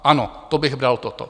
Ano, to bych bral, toto.